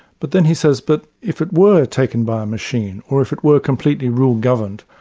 but then he says, but if it were taken by a machine, or if it were completely rule-governed,